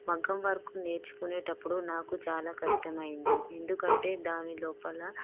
మగ్గం వర్క్ నేర్చుకునేటప్పుడు నాకు చాలా కష్టమైంది ఎందుకంటే దాని లోపల